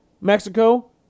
Mexico